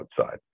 outside